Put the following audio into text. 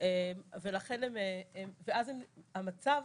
ואז המצב,